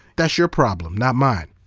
that's your problem, not mine.